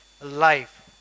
life